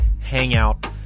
Hangout